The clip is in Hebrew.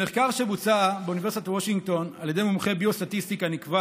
במחקר שבוצע באוניברסיטת וושינגטון על ידי מומחי ביו-סטטיסטיקה נקבע